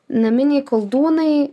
naminiai koldūnai